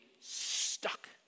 stuck